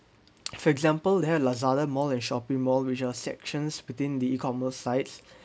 for example they have Lazada mall and Shoppe mall which are sections between the e-commerce sites